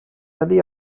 allé